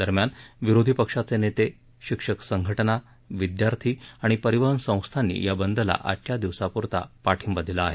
दरम्यान विरोधी पक्षाचे नेते शिक्षक संघटना विद्यार्थी आणि परिवहन संस्थांनी या बंदला आजच्या दिवसापुरता पाठिंबा दिला आहे